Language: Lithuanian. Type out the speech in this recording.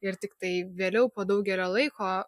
ir tiktai vėliau po daugelio laiko